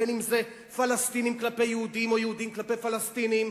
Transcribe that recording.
אם פלסטינים כלפי יהודים או יהודים כלפי פלסטינים,